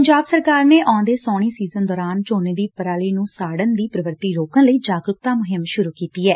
ਪੰਜਾਬ ਸਰਕਾਰ ਨੇ ਆਉਂਦੇ ਸਾਉਣੀ ਸੀਜਨ ਦੌਰਾਨ ਝੋਨੇ ਦੀ ਪਰਾਲੀ ਨੂੰ ਸਾਤਨ ਦੀ ਪ੍ਰਵਿਰਤੀ ਰੋਕਣ ਲਈ ਜਾਗਰੁਕਤਾ ਮੁਹਿੰਮ ਸ਼ਰੂ ਕੀਡੀ ਐ